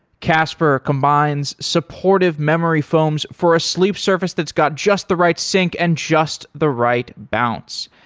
casper combines supportive memory foams for a sleep surface that's got just the right sink and just the right bounce.